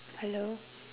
hello